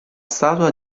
statua